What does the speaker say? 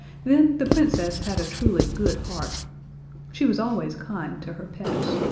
then the princess had a truly good heart she was always kind to her pets.